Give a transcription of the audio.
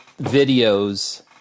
videos